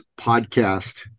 podcast